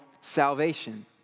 salvation